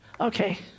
Okay